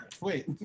wait